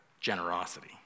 generosity